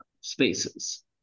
spaces